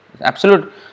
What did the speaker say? absolute